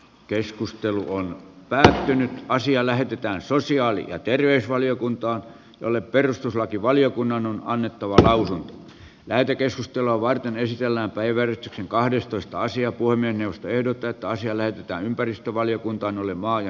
tässä on erittäin paljon tekemistä ja minun mielestäni tämä on annettava lausunto lähetekeskustelua varten ei sisällä päivä kahdestoista sija huoneen josta ehdotetaan siellä ja ympäristövaliokunta oli maa ja